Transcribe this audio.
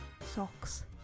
Socks